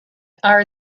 are